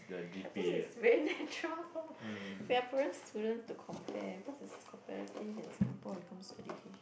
I think is very natural for Singaporean students to compare because it's competitive in Singapore when it comes to education